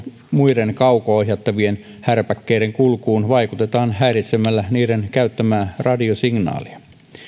muiden kauko ohjattavien härpäkkeiden kulkuun vaikutetaan häiritsemällä niiden käyttämää radiosignaalia